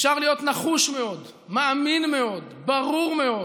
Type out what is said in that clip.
אפשר להיות נחוש מאוד, מאמין מאוד, ברור מאוד,